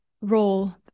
role